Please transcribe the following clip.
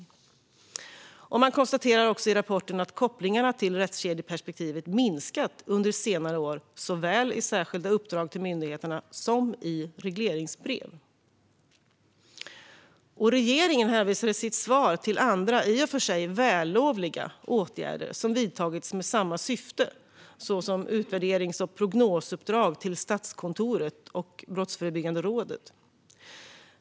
Riksrevisionen konstaterar i rapporten att kopplingarna till rättskedjeperspektivet minskat under senare år såväl i särskilda uppdrag till myndigheterna som i regleringsbrev. Regeringen hänvisar i sitt svar till andra i och för sig vällovliga åtgärder som vidtagits med samma syfte, såsom utvärderings och prognosuppdrag till Statskontoret och Brottsförebyggande rådet.